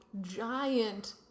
giant